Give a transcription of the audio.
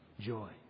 joy